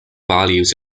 values